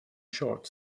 short